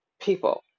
people